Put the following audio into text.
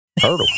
Turtle